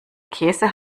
käse